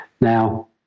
Now